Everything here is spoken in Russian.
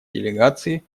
делегации